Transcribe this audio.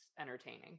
entertaining